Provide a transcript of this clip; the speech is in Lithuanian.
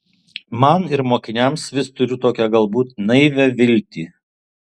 man ir mokiniams vis turiu tokią galbūt naivią viltį